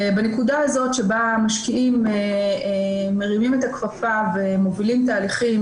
בנקודה הזאת שבה משקיעים מרימים את הכפפה ומובילים תהליכים